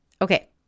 Okay